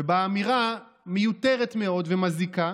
ובאמירה מיותרת מאוד ומזיקה,